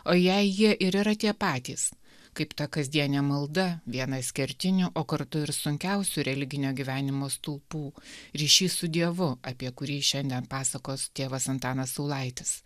o jei jie ir yra tie patys kaip ta kasdienė malda vienas kertinių o kartu ir sunkiausių religinio gyvenimo stulpų ryšis su dievu apie kurį šiandien pasakos tėvas antanas saulaitis